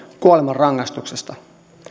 kuolemanrangaistuksesta